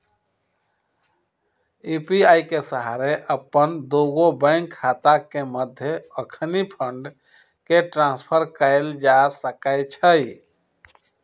UPI के सहारे अप्पन दुगो बैंक खता के मध्य अखनी फंड के ट्रांसफर कएल जा सकैछइ